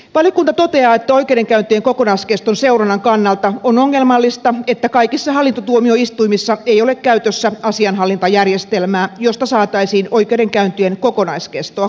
valiokunta toteaa että oikeudenkäyntien kokonaiskeston seurannan kannalta on ongelmallista että kaikissa hallintotuomioistuimissa ei ole käytössä asianhallintajärjestelmää josta saataisiin oikeudenkäyntien kokonaiskestoa koskevia tietoja